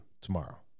tomorrow